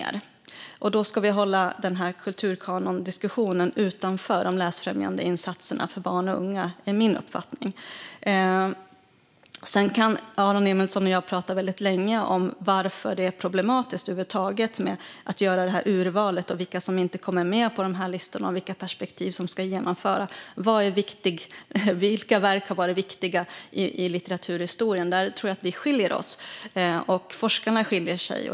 Då är min uppfattning att vi ska hålla den här kulturkanondiskussionen utanför de läsfrämjande insatserna för barn och unga. Sedan kan Aron Emilsson och jag prata väldigt länge om varför det över huvud taget är problematiskt att göra det här urvalet, vilka som inte kommer med på listorna och vilka perspektiv som ska föras fram. När det gäller vilka verk som har varit viktiga i litteraturhistorien tror jag att vi skiljer oss. Även forskarna skiljer sig.